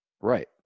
Right